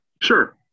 Sure